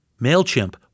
MailChimp